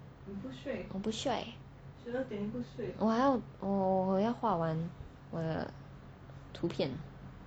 我不睡我还要我要画完我的图片